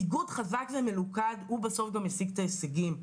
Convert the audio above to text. איגוד חזק ומלוכד בסוף גם משיג את ההישגים,